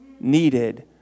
needed